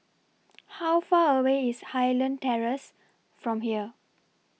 How Far away IS Highland Terrace from here